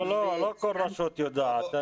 לא, לא כל רשות יודעת.